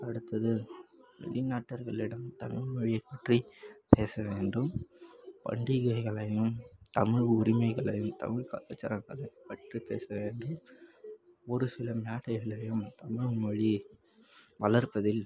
அடுத்தது வெளிநாட்டவர்களிடம் தமிழ்மொழியைப் பற்றி பேச வேண்டும் பண்டிகைகளையும் தமிழ் உரிமைகளையும் தமிழ் கலாச்சாரங்களைப் பற்றி பேச வேண்டும் ஒரு சில நாடுகள்லேயும் தமிழ்மொழி வளர்ப்பதில்